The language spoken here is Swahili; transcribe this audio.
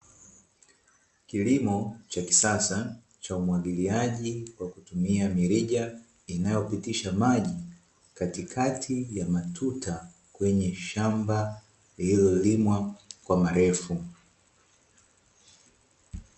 Kilimo cha kisasa cha umwagiliaji kwa kutumia mirija inayopitisha maji katikati ya matuta, kwenye shamba lililolimwa kwa marefu.